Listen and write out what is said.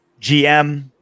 gm